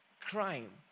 crime